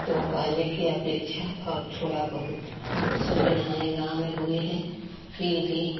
तो पहले कि अपेक्षा अब थोड़ा बहुत सुविधाएं गाँव में हुई हैं फिर भी